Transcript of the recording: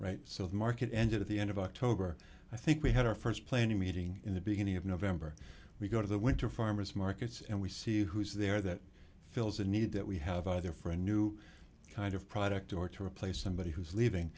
right so the market ended at the end of october i think we had our st planning meeting in the beginning of november we go to the winter farmer's markets and we see who's there that fills a need that we have either for a new kind of product or to replace somebody who's leaving